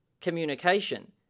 communication